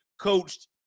coached